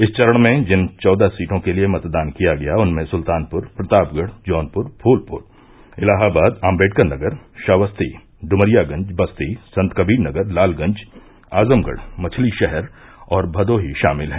इस चरण में जिन चौदह सीटों के लिये मतदान किया गया उनमें सुल्तानपुर प्रतापगढ़ जौनपुर फूलपुर इलाहाबाद आम्बेडकरनगर श्रावस्ती डुमरियागंज बस्ती संतबीरनगर लालगंज आजमगढ़ मछलीषहर और भदोही षामिल हैं